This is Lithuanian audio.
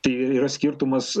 tai ir yra skirtumas